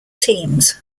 teams